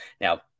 now